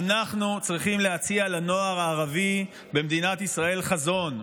צריכים להציע לנוער הערבי במדינת ישראל חזון,